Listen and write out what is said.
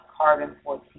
carbon-14